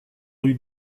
rue